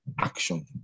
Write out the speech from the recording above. action